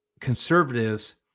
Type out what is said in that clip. conservatives